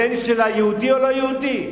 הבן שלה יהודי או לא יהודי?